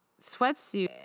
sweatsuit